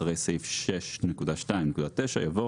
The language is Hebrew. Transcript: אחרי סעיף 6.2.9 יבוא: